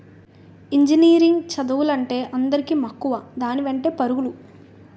engineering చదువులంటే అందరికీ మక్కువ దాని వెంటే పరుగులు